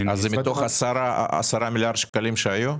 מתוך 10 מיליארד שקלים שהיו?